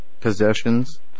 possessions